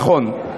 נכון.